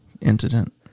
incident